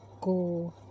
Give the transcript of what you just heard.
go